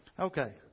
Okay